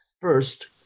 First